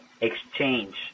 exchange